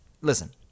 Listen